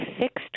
fixed